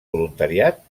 voluntariat